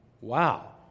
Wow